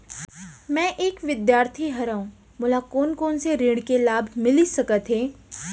मैं एक विद्यार्थी हरव, मोला कोन से ऋण के लाभ मिलिस सकत हे?